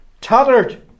tattered